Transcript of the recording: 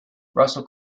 russell